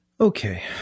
Okay